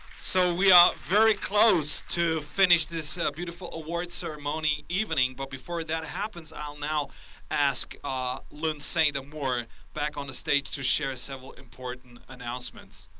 so we are very close to finish this beautiful award ceremony evening. but before that happens i'll now ask lynn st. amour back on the stage to share several important announcements.